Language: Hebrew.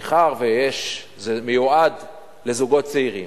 מאחר שזה מיועד לזוגות צעירים,